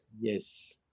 Yes